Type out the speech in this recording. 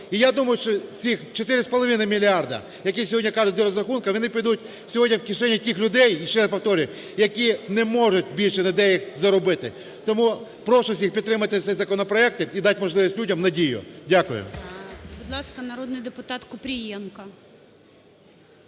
І я думаю, що цих 4,5 мільярда, які сьогодні кажуть, для розрахунку, вони підуть сьогодні в кишені тих людей, ще раз повторюю, які не можуть більше ніде їх заробити. Тому прошу всіх підтримати цей законопроект і дати можливість людям надію. Дякую.